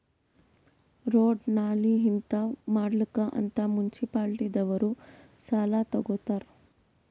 road, ನಾಲಿ ಹಿಂತಾವ್ ಮಾಡ್ಲಕ್ ಅಂತ್ ಮುನ್ಸಿಪಾಲಿಟಿದವ್ರು ಸಾಲಾ ತಗೊತ್ತಾರ್